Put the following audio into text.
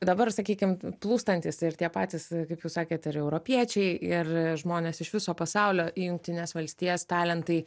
dabar sakykim plūstantys ir tie patys kaip jūs sakėt ir europiečiai ir žmonės iš viso pasaulio į jungtines valstijas talentai